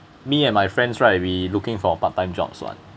me and my friends right we looking for part time jobs [one]